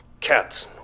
cats